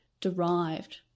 derived